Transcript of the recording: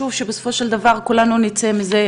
וכל אחד בא ומזמין לו מה שמתאים לו באותו יום,